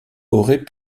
aurait